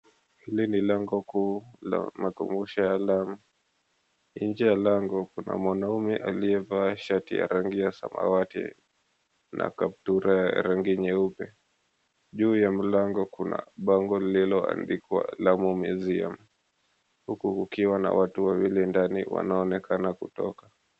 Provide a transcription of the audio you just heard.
Hili ni lango kuu la makumbusho ya Lamu. Nje ya lango kuna mwanaume aliyevaa shati ya rangi ya samawati na kaptura ya rangi nyeupe. Juu ya mlango kuna bango lililoandikwa Lamu Museum huku kukiwa na watu wawili ndani wanaonekana kutoka.